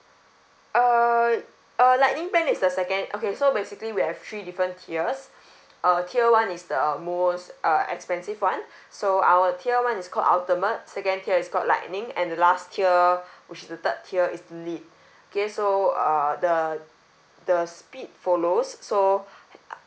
err err lightning plan is the second okay so basically we have three different tiers uh tier one is the uh most uh expensive one so our tier one is called ultimate second tier is called lightning and the last tier which is the third tier is lead okay so err the the speed follows so